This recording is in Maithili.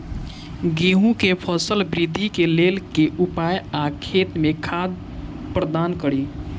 गेंहूँ केँ फसल वृद्धि केँ लेल केँ उपाय आ खेत मे खाद प्रदान कड़ी?